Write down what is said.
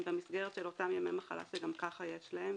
הם במסגרת של אותם ימי מחלה שגם ככה יש להן,